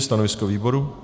Stanovisko výboru?